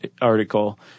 article